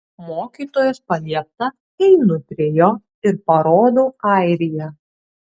mokytojos paliepta einu prie jo ir parodau airiją